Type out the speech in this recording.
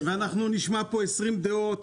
אנחנו נשב פה כולם, ונשמע פה 20 דעות.